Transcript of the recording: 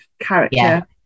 character